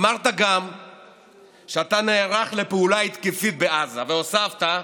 אמרת גם שאתה נערך לפעולה התקפית בעזה והוספת: